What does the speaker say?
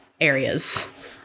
areas